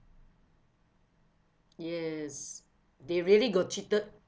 yes they really got cheated